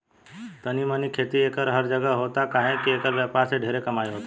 तनी मनी खेती एकर हर जगह होता काहे की एकर व्यापार से ढेरे कमाई होता